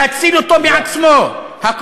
להציל אותו מעצמו, תודה.